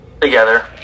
Together